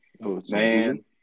man